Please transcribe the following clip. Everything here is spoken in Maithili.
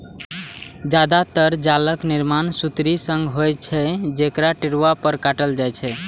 जादेतर जालक निर्माण सुतरी सं होइत छै, जकरा टेरुआ पर काटल जाइ छै